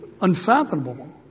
unfathomable